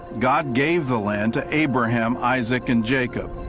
god gave the land to abraham, isaac, and jacob,